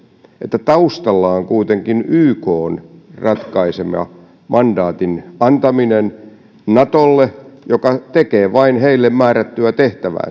että taustalla on kuitenkin ykn ratkaisema mandaatin antaminen natolle joka tekee vain sille määrättyä tehtävää